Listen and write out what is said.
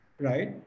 right